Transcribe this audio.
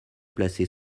placée